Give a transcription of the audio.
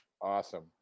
Awesome